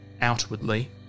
outwardly